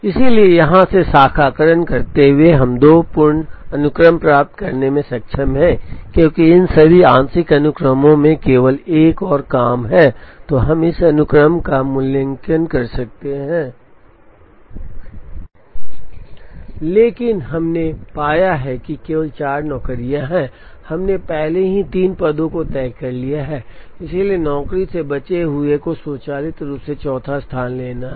लेकिन हमने पाया कि केवल चार नौकरियां हैं हमने पहले ही तीन पदों को तय कर लिया है इसलिए नौकरी से बचे हुए को स्वचालित रूप से चौथा स्थान लेना है